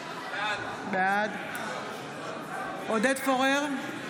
בעד עודד פורר,